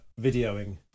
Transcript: videoing